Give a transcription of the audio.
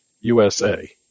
USA